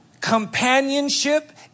companionship